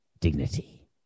dignity